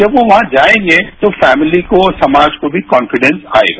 जब वो वहां जाएंगे प्रीमिती को और समाज को भी कॉन्फिडेंट आएगा